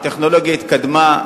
הטכנולוגיה התקדמה,